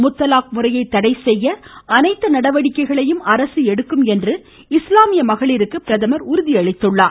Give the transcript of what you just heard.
முத்தலாக் முறையை தடை செய்ய அனைத்து நடவடிக்கைகளையும் அரசு எடுக்கும் என்று இஸ்லாமிய மகளிருக்கு பிரதமர் உறுதியளித்தார்